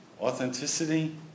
authenticity